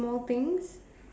small things